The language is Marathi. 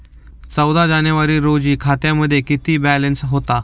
चौदा जानेवारी रोजी खात्यामध्ये किती बॅलन्स होता?